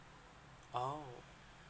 oh